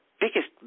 biggest